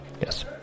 Yes